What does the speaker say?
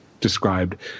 described